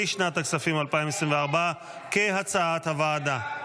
לשנת הכספים 2024, כהצעת הוועדה.